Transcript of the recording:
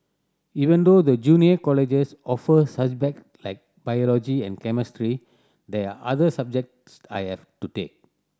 even though the junior colleges offer like biology and chemistry there are other subjects I have to take